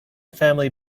family